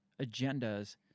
agendas